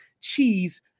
cheese